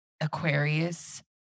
Aquarius